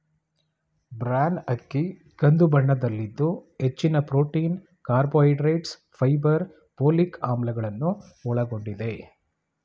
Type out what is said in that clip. bran ಅಕ್ಕಿ ಕಂದು ಬಣ್ಣದಲ್ಲಿದ್ದು ಹೆಚ್ಚಿನ ಪ್ರೊಟೀನ್, ಕಾರ್ಬೋಹೈಡ್ರೇಟ್ಸ್, ಫೈಬರ್, ಪೋಲಿಕ್ ಆಮ್ಲಗಳನ್ನು ಒಳಗೊಂಡಿದೆ